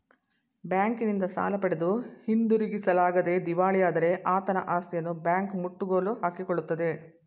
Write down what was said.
ಬ್ಯಾಂಕಿನಿಂದ ಸಾಲ ಪಡೆದು ಹಿಂದಿರುಗಿಸಲಾಗದೆ ದಿವಾಳಿಯಾದರೆ ಆತನ ಆಸ್ತಿಯನ್ನು ಬ್ಯಾಂಕ್ ಮುಟ್ಟುಗೋಲು ಹಾಕಿಕೊಳ್ಳುತ್ತದೆ